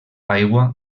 aigua